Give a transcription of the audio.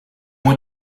what